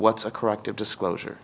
what's a corrective disclosure